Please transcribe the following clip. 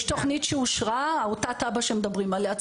יש תוכנית שאושרה, אותה תב"ע שמדברים עליה.